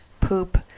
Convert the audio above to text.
poop